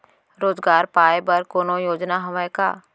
रोजगार पाए बर कोनो योजना हवय का?